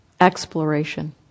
exploration